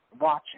watching